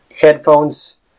headphones